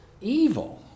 evil